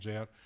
out